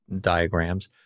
diagrams